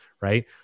right